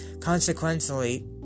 Consequently